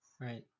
Right